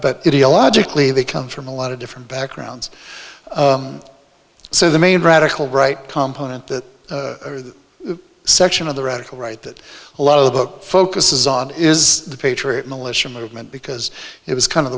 logically they come from a lot of different backgrounds so the main radical right complement that section of the radical right that a lot of the book focuses on is the patriot militia movement because it was kind of